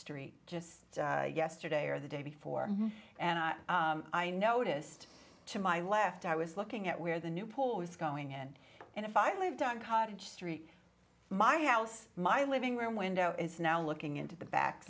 street just yesterday or the day before and i noticed to my left i was looking at where the new pool was going in and if i lived on cottage street my house my living room window is now looking into the back